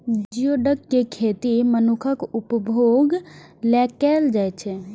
geoduck के खेती मनुक्खक उपभोग लेल कैल जाइ छै